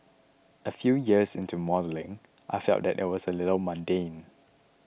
a few years into modelling I felt that it was a little mundane